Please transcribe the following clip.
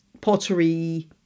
pottery